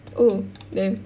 oh then